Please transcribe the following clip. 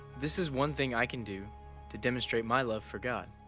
this is one thing i can do to demonstrate my love for god.